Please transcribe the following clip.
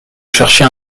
chercher